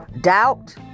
doubt